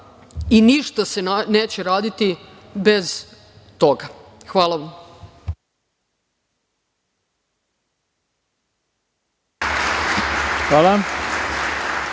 i ništa se neće raditi bez toga. Hvala vam.